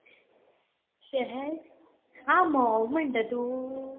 शेहद आं म्होंव म्हणटा तूं